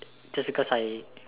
just because I